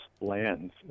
lands